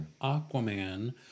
Aquaman